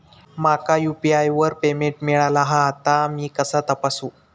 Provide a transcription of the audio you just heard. माका यू.पी.आय वर पेमेंट मिळाला हा ता मी कसा तपासू?